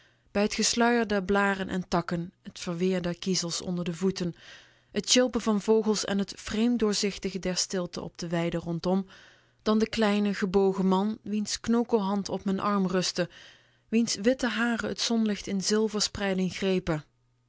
bij t geschuier der blaren en takken t verweer der kiezels onder de voeten t tjilpen van vogels en t vreemddoorzichtige der stilte op de weiden rondom dan de kleine gebogen man wiens knokelhand op m'n arm rustte wiens witte haren t zonlicht in zilver spreiding grepen